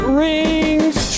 rings